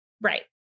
right